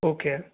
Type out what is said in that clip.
okay